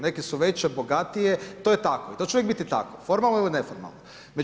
Neke su veće, bogatije, to je tako i to će uvijek biti tako formalno ili neformalno.